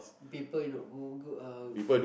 people look good uh